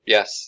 Yes